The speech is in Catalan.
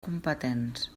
competents